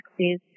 taxes